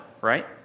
right